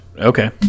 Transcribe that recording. Okay